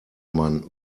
man